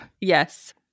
Yes